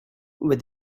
with